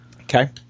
Okay